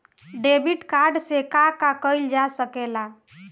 Debit card से का का कइल जा सके ला?